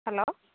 hello